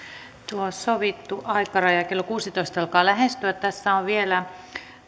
tuo sovittu aikaraja kello kuusitoista alkaa lähestyä tässä on vielä